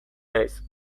naiz